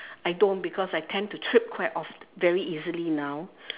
I don't because I tend to trip quite of~ very easily now